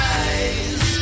eyes